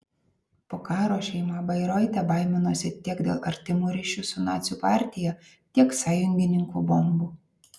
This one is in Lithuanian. po karo šeima bairoite baiminosi tiek dėl artimų ryšių su nacių partija tiek sąjungininkų bombų